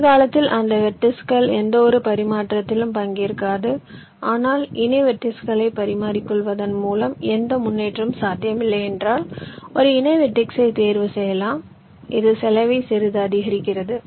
எதிர்காலத்தில் அந்த வெர்டிஸ்கள் எந்தவொரு பரிமாற்றத்திலும் பங்கேற்காது ஆனால் இணை வெர்ட்டிஸ்களை பரிமாறிக்கொள்வதன் மூலம் எந்த முன்னேற்றமும் சாத்தியமில்லை என்றால் ஒரு இணை வெர்டெக்ஸைத் தேர்வு செய்யலாம் இது செலவை சிறிது அதிகரிக்கிறது